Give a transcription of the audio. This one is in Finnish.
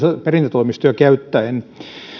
perintätoimistoja käyttäen